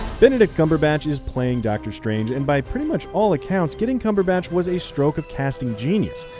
benedict cumberbatch is playing doctor strange. and by pretty much all accounts getting cumberbatch was a stroke of casting genius.